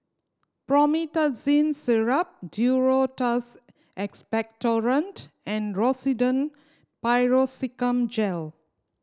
Promethazine Syrup Duro Tuss Expectorant and Rosiden Piroxicam Gel